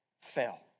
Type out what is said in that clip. fell